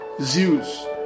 Zeus